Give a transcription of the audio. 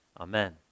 Amen